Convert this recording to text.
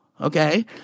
Okay